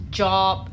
job